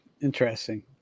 Interesting